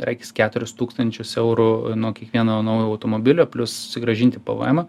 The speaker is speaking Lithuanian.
regis keturis tūkstančius eurų nuo kiekvieno naujo automobilio plius susigrąžinti pvmą